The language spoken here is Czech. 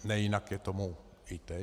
Nejinak je tomu i teď.